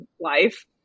life